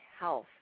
health